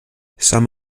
some